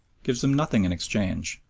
gives them nothing in exchange,